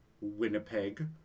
Winnipeg